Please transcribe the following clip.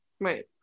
Right